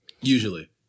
Usually